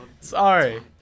Sorry